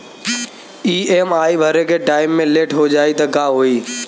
EMI भरे के time मे लेट हो जायी त का होई?